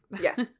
Yes